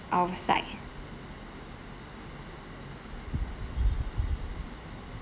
our side